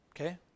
okay